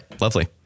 Lovely